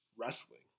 wrestling